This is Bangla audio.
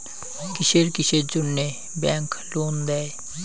কিসের কিসের জন্যে ব্যাংক লোন দেয়?